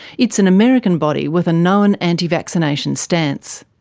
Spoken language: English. it's an american body with a known anti-vaccination stance.